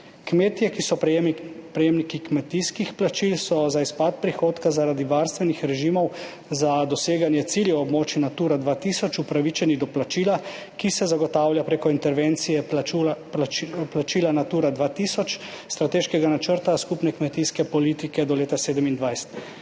Kmetje, ki so prejemniki kmetijskih plačil, so za izpad prihodka zaradi varstvenih režimov za doseganje ciljev območij Natura 2000 upravičeni do plačila, ki se zagotavlja prek intervencije plačila Natura 2000, Strateškega načrta skupne kmetijske politike do leta 2027.